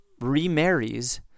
remarries